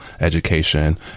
education